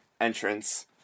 entrance